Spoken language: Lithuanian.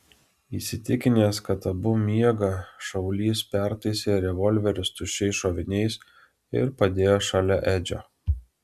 įsitikinęs kad abu miega šaulys pertaisė revolverius tuščiais šoviniais ir padėjo šalia edžio